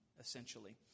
essentially